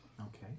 Okay